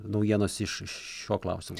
naujienos iš šiuo klausimu